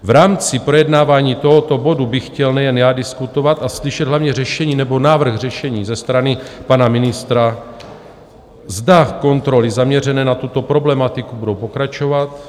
V rámci projednávání tohoto bodu bych chtěl nejen já diskutovat a slyšet hlavně návrh řešení ze strany pana ministra: Zda kontroly zaměřené na tuto problematiku budou pokračovat?